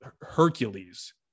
Hercules